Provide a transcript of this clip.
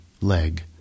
leg